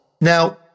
Now